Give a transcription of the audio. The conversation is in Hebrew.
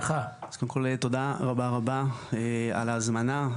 תודה רבה על ההזמנה.